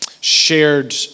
shared